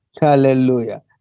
Hallelujah